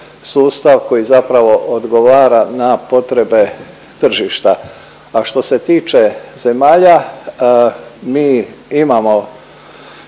koji zapravo odgovara na potrebe tržišta. A što se tiče zemalja, mi imamo